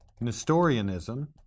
Nestorianism